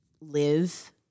live